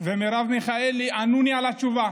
ומרב מיכאלי ענו לי תשובה